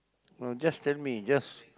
no just tell me just